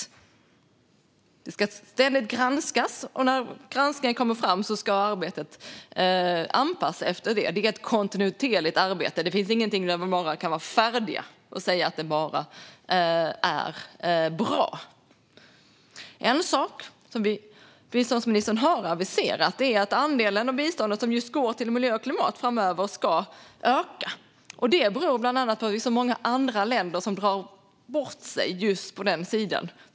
Biståndet ska ständigt granskas, och när granskningen tas upp ska arbetet anpassas efter det. Det är ett kontinuerligt arbete. Det finns inget färdigt där man säger att det är bra. En sak som biståndsministern har aviserat är att andelen av biståndet som ska gå till miljö och klimat framöver ska öka. Det beror bland annat på att så många andra länder drar sig tillbaka i just den frågan.